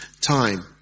time